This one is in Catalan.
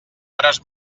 hores